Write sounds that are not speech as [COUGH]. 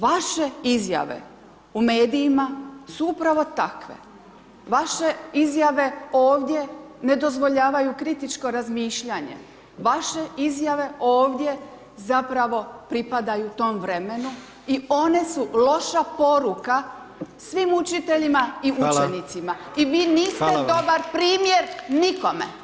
Vaše izjave u medijima su upravo takve, vaše izjave ovdje ne dozvoljavaju kritičko razmišljanje, vaše izjave ovdje zapravo pripadaju tom vremenu i one su loša poruka svim učiteljima i učenicima [[Upadica: Hvala.]] i vi niste [[Upadica: Hvala vam.]] dobar … [APPLAUSE] primjer nikome.